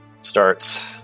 starts